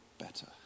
better